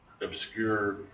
obscure